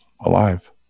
alive